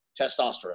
testosterone